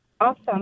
Awesome